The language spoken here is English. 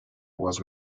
was